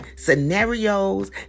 scenarios